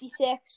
56